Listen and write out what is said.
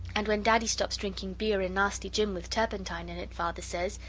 and when daddy stops drinking beer and nasty gin with turpentine in it, father says,